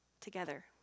together